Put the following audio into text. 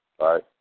right